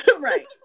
right